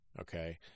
okay